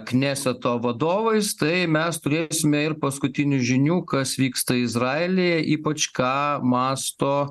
kneseto vadovais tai mes turėsime ir paskutinių žinių kas vyksta izraelyje ypač ką mąsto